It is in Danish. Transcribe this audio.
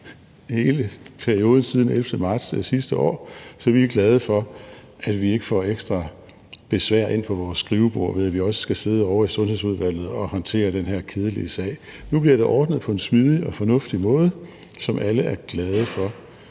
hele perioden siden den 11. marts sidste år, så vi er glade for, at vi ikke får ekstra besvær ind på vores skrivebord, ved at vi også skal sidde ovre i Sundhedsudvalget og håndtere den her kedelige sag. Nu bliver det ordnet på en smidig og fornuftig måde, som alle er glade for,